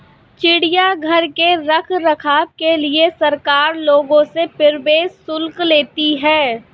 चिड़ियाघर के रख रखाव के लिए सरकार लोगों से प्रवेश शुल्क लेती है